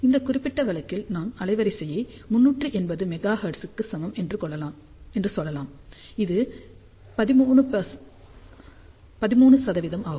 இந்த குறிப்பிட்ட வழக்கில் நாம் அலைவரிசையை 380 மெகா ஹெர்ட்ஸுக்கு சமம் என்று சொல்லலாம் இது 13 ஆகும்